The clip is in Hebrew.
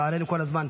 לצערנו, כל הזמן.